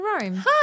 Rome